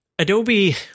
Adobe